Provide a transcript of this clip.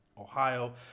Ohio